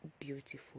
beautiful